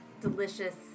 delicious